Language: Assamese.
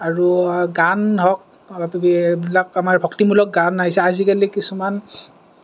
আৰু গান হওঁক এইবিলাক আমাৰ ভক্তিমূলক গান আহিছে আজিকালি কিছুমান